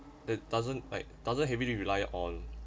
that doesn't like doesn't heavily rely on